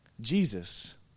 Jesus